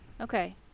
Okay